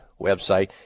website